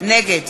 נגד